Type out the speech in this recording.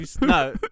No